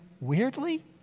weirdly